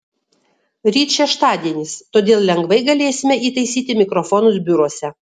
ryt šeštadienis todėl lengvai galėsime įtaisyti mikrofonus biuruose